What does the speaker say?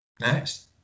Nice